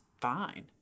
fine